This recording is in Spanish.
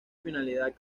finalidad